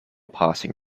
passing